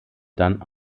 dann